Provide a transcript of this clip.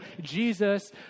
Jesus